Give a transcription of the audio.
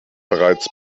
bereits